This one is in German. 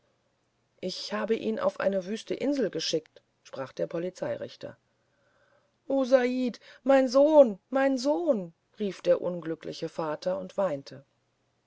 ich habe ihn auf eine wüste insel geschickt sprach der polizeirichter o said mein sohn mein sohn rief der unglückliche vater und weinte